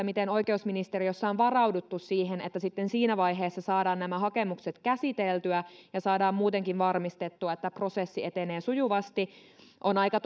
miten oikeusministeriössä on varauduttu siihen että sitten siinä vaiheessa saadaan nämä hakemukset käsiteltyä ja saadaan muutenkin varmistettua että prosessi etenee sujuvasti on aika